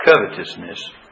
covetousness